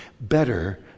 better